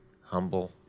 humble